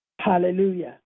Hallelujah